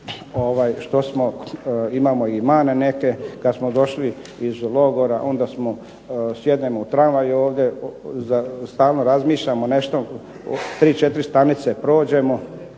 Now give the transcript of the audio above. što smo, imamo i mane neke. Kad smo došli iz logora onda smo, sjednem u tramvaj ovdje, stalno razmišljamo nešto, 3,4 stanice prođemo